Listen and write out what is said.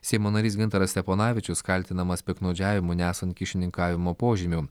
seimo narys gintaras steponavičius kaltinamas piktnaudžiavimu nesant kyšininkavimo požymių